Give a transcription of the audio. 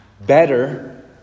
better